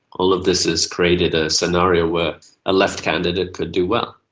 all of this has created a scenario where a left candidate could do well.